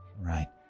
right